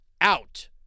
out